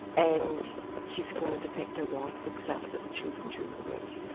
and his former de facto wife looks after the children during the week.